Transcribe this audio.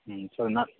ಸರಿ ನ